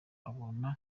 abona